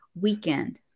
weekend